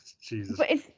Jesus